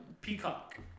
Peacock